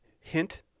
Hint